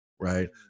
right